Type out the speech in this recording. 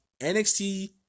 NXT